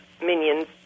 minions